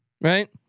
right